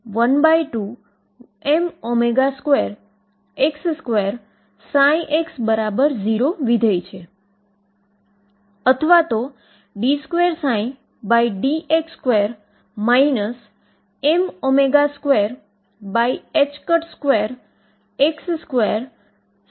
હવે જો તમે સ્ટેશનરી વેવ યાદ કરો અને હું એક ડાઈમેન્શન પર ધ્યાન કેન્દ્રિત કરું તો સમીકરણ d2dx2k2ψ0 થશે જે ફક્ત x પર આધારિત હોય અને ત્યાં ફક્ત એક જ વેવ હોય